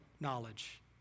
knowledge